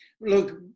Look